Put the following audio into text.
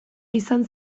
izan